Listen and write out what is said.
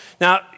Now